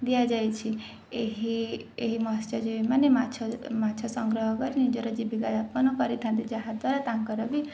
ଦିଆଯାଇଛି ଏହି ଏହି ମତ୍ସ୍ୟଜୀବୀ ମାନେ ମାଛ ମାଛ ସଂଗ୍ରହ କରି ନିଜର ଜୀବିକା ଯାପନ କରିଥାନ୍ତି ଯାହାଦ୍ୱାରା ତାଙ୍କର ବି